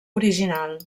original